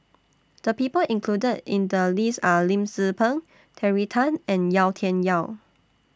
The People included in The list Are Lim Tze Peng Terry Tan and Yau Tian Yau